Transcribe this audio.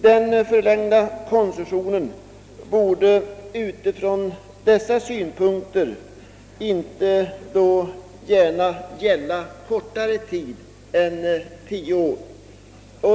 Ur dessa synpunkter bör koncessionerna inte gärna förlängas kortare tid än tio år.